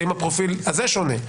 האם הפרופיל הזה שונה.